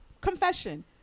Confession